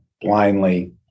blindly